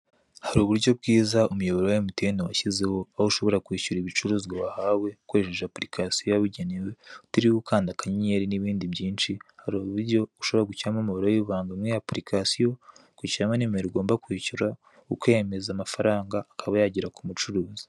Hari uburyo bwiza umuyoboro wa emutiyeni washyizeho aho ushobora kwishyura ibicuruzwa wahawe ukoresheje apurikasiyo yabugenewe, utiriwe ukanda akanyenyeri n'ibindi byinshi hari uburyo ushobora gushyiramo umubare w'ibanga muri apurikasiyo ugashyiramo nimero ugomba kwishyura ukemeza amafaranga akaba yagera kumucuruzi.